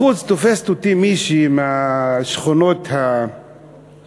בחוץ תופסת אותי מישהי משכונות המצוקה